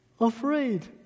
afraid